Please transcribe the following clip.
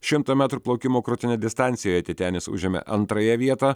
šimto metrų plaukimo krūtine distancijoje titenis užėmė antrąją vietą